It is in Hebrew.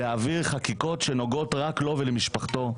להעביר חקיקות שנוגעות רק לו ולמשפחתו.